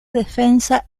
defensa